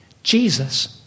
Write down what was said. Jesus